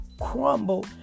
crumble